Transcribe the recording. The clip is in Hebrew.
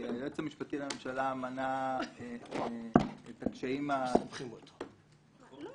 שהיועץ המשפטי לממשלה מנה את הקשיים --- מסבכים אותו --- לא,